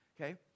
Okay